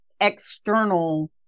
external